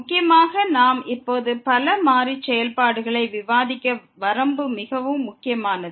முக்கியமாக நாம் இப்போது பல மாறி செயல்பாடுகளை விவாதிக்க வரம்பு மிகவும் முக்கியமானது